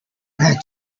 had